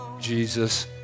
Jesus